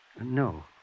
No